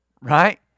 Right